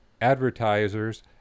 Advertisers